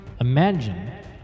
imagine